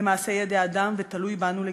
זה מעשה ידי אדם ותלוי בנו לגמרי.